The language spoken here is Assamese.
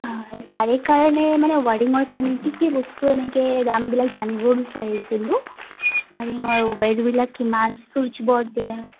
হয় তাৰে কাৰণে মানে ৱাৰিঙৰ কাৰণে কি কি বস্তু এনেকে দামবিলাক জানিব বিচাৰিছিলোঁ ৱাৰিঙৰ ৱায়েৰবিলাক কিমান ছুইচ ব'ৰ্ডবিলাক